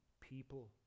people